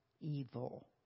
evil